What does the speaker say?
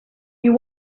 you